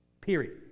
period